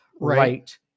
right